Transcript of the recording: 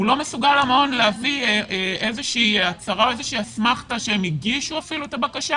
המעון לא מסוגל להביא איזושהי הצהרה או אסמכתה שהם הגישו את הבקשה